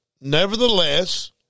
Nevertheless